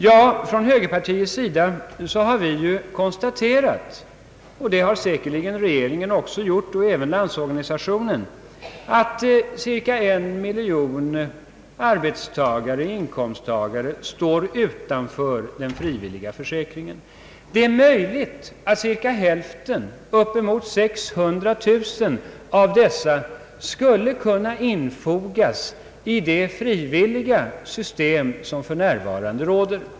Inom högerpartiet har vi kunnat konstatera — och det har säkerligen också både regeringen och Landsorganisationen gjort — att cirka en miljon inkomsttagare står utanför den frivilliga försäkringen. Det är möjligt att omkring hälften eller upp emot 600000 av dessa skulle kunna infogas i det frivilliga system som för närvarande finns.